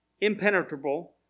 impenetrable